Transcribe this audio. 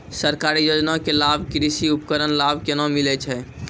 सरकारी योजना के कृषि उपकरण लाभ केना मिलै छै?